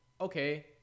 okay